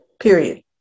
period